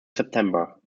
september